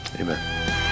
Amen